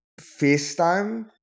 facetime